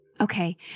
Okay